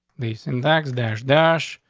the syntax, dash, dash,